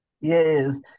Yes